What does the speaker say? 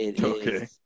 Okay